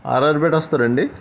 RR Peta వస్తారండి